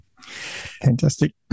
Fantastic